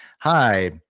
hi